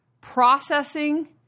processing